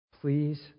Please